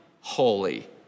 holy